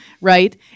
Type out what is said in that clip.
right